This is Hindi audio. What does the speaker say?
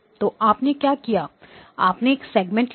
तो आपने क्या किया आपने एक सेगमेंट लिया